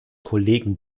kollegen